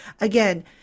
Again